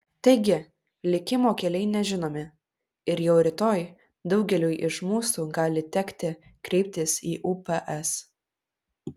taigi likimo keliai nežinomi ir jau rytoj daugeliui iš mūsų gali tekti kreiptis į ups